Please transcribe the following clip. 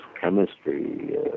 chemistry